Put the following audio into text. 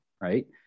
right